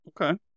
okay